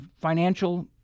financial